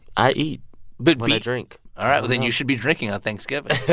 i eat but when i drink all right. well, then you should be drinking on thanksgiving.